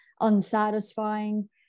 unsatisfying